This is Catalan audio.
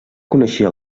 coneixia